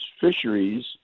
fisheries